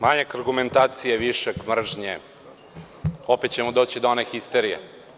Manjak argumentacije, višak mržnje, opet ćemo doći do one histerije.